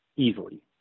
Easily